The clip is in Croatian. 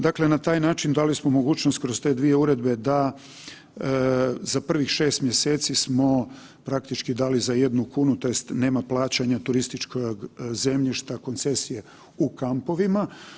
Dakle, na taj način dali smo mogućnost kroz te dvije uredbe da za prvih 6 mjeseci smo praktički dali za jednu kunu tj. nema plaćanja turističkog zemljišta koncesije u kampovima.